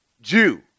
Jew